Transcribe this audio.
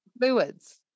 fluids